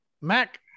Mac